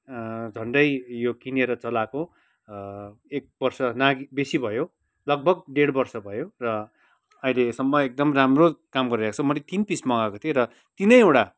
झन्डै यो किनेर चलाएको एक वर्ष नाघ्यो बेसी भयो लगभग ढेड वर्ष भयो र आइले सम्म एकदम राम्रो काम गरिरहेको छ मैले तीन पिस मगाएको थिएँ र तीनैवटा